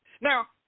Now